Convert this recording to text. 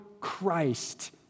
Christ